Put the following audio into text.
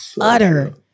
utter